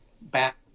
back